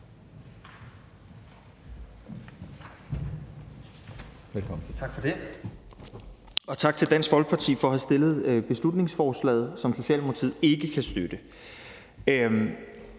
Vad (S): Tak for det, og tak til Dansk Folkeparti for at have fremsat beslutningsforslaget, som Socialdemokratiet ikke kan støtte.